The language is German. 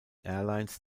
airlines